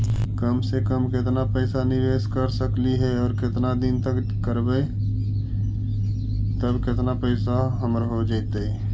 कम से कम केतना पैसा निबेस कर सकली हे और केतना दिन तक करबै तब केतना पैसा हमर हो जइतै?